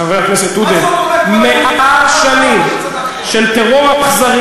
חבר הכנסת עודה, מה זאת אומרת,